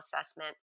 assessment